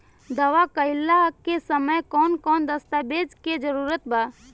दावा कईला के समय कौन कौन दस्तावेज़ के जरूरत बा?